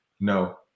No